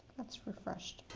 that's refreshed,